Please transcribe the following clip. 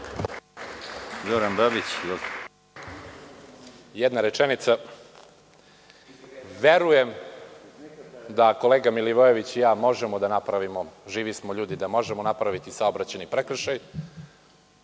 **Zoran Babić** Jedna rečenica. Verujem da kolega Milivojević i ja možemo da napravimo, živi smo ljudi, da možemo da napraviti saobraćajni prekršaj.